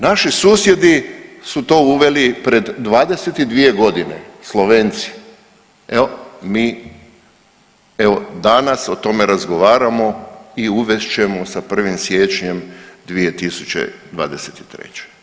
Naši susjedi su to uveli pred 22.g. Slovenci, evo mi, evo danas o tome razgovaramo i uvest ćemo sa 1. siječnjem 2023.